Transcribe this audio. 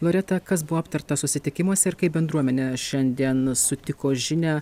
loreta kas buvo aptarta susitikimuose ir kaip bendruomenė šiandien sutiko žinią